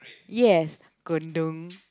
yes gundu